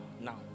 now